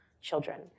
children